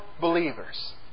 believers